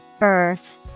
Earth